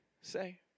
say